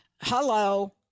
Hello